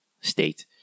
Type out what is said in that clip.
state